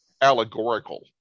allegorical